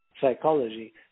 psychology